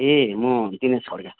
ए मो दिनेस खड्का